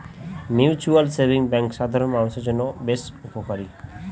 mutual savings bank সাধারন মানুষের জন্য বেশ উপকারী